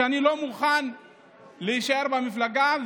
שאני לא מוכן להישאר במפלגה,